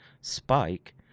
spike